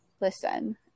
listen